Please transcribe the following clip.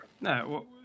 no